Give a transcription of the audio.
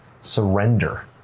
surrender